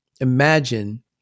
imagine